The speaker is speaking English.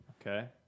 Okay